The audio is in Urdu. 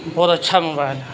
بہت اچّھا موبائل ہے